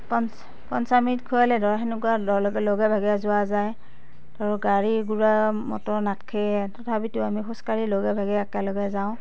পন পঞ্চামৃত খোৱালে ধৰ সেনেকুৱা লগে ভাগে যোৱা যায় ধৰ গাড়ী ঘূৰা মটৰ নাথাকে তথাপিটো আমি খোজ কাঢ়ি লগে ভাগে একেলগে যাওঁ